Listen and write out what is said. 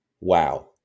wow